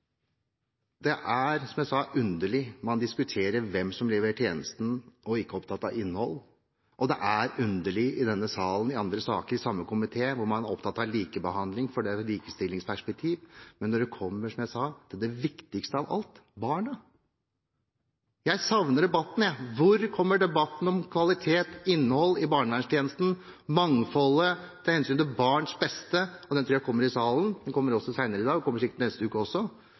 Det er, som jeg sa, underlig når man diskuterer hvem som driver tjenesten, at man ikke er opptatt av innhold. Og det er underlig i denne salen, i andre saker, i samme komité, at man er opptatt av likebehandling – for det er jo et likestillingsperspektiv – men ikke når man kommer til det viktigste av alt, barna. Jeg savner debatten. Hvor kommer debatten om kvalitet, innhold i barnevernstjenesten, mangfoldet, det å ta hensyn til barns beste? Den tror jeg kommer i salen, den kommer også senere i dag, den kommer sikkert til neste uke også.